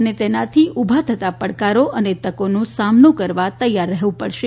અને તેનાથી ઉભા થતા પડકારો અને તકોનો સામનો કરવા તૈયાર રહેવું પડશે